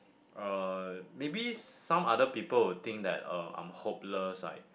uh maybe some other people will think that uh I'm hopeless like